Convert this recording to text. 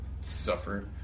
suffer